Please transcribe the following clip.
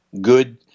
good